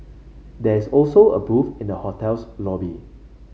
there is also a booth in the hotel's lobby